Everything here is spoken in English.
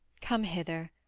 come hither.